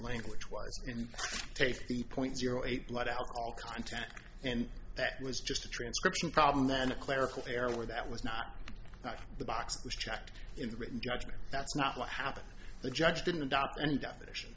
language were in taif the point zero eight blood alcohol content and that was just a transcription problem then a clerical error that was not the box was checked in the written judgment that's not what happened the judge didn't adopt any definition